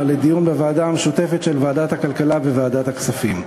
לדיון בוועדה משותפת של ועדת הכלכלה וועדת הכספים.